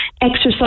exercise